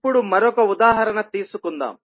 ఇప్పుడు మరొక ఉదాహరణ తీసుకుందాం